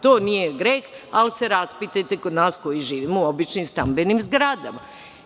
To nije greh, ali se raspitajte kod nas koji živimo u običnim stambenim zgradama.